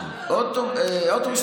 200. אוטובוס,